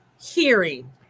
hearing